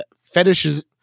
fetishes